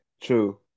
True